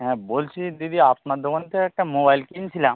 হ্যাঁ বলছি দিদি আপনার দোকান থেকে একটা মোবাইল কিনছিলাম